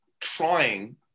trying